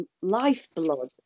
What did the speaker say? lifeblood